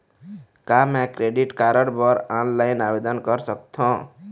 का मैं credit card बर ऑनलाइन आवेदन कर सकथों?